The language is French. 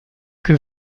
que